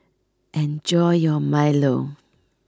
enjoy your milo